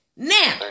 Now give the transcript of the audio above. Now